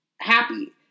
happy